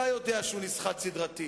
אתה יודע שהוא נסחט סדרתי,